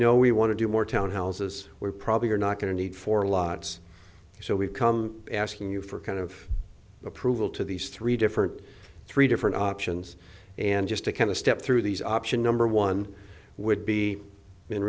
know we want to do more town houses we probably are not going to need for lots so we've come asking you for kind of approval to these three different three different options and just to kind of step through these option number one would be